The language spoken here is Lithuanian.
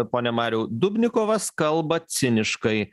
pone mariau dubnikovas kalba ciniškai